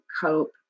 cope